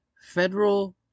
Federal